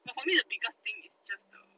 but for me the biggest thing is just the